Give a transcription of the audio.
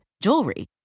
jewelry